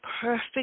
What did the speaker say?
perfect